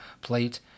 plate